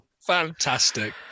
Fantastic